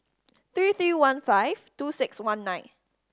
three three one five two six one nine